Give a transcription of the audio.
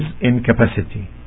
incapacity